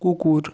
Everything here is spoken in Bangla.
কুকুর